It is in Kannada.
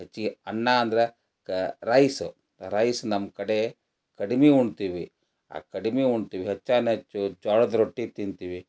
ಹೆಚ್ಚಿಗೆ ಅನ್ನ ಅಂದ್ರೆ ಕ ರೈಸ್ ರೈಸ್ ನಮ್ಮ ಕಡೆ ಕಡಿಮೆ ಉಣ್ತೀವಿ ಆ ಕಡಿಮೆ ಉಣ್ತೀವಿ ಹೆಚ್ಚಾನೆಚ್ಚು ಜೋಳದ ರೊಟ್ಟಿ ತಿಂತೀವಿ